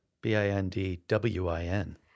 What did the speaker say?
B-I-N-D-W-I-N